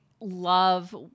love